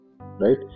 right